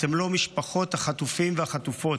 אתם לא משפחות החטופים והחטופות,